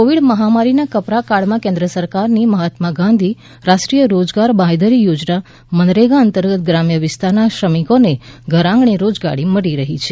Covid મહામારીના કપરા કાળમાં કેન્દ્ર સરકારની મહાત્મા ગાંધી રાષ્ટીય રોજગાર બાંચેધરી યોજના મનરેગા અંતર્ગત ગ્રામ્ય વિસ્તારના શ્રમિકોને ઘરઆંગણે રોજગારી મળી રહી છે